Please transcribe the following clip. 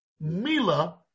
Mila